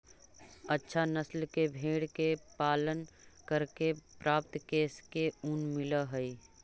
अच्छा नस्ल के भेडा के पालन करके प्राप्त केश से ऊन मिलऽ हई